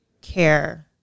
care